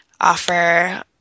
offer